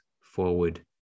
forward